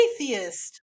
atheist